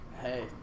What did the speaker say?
Hey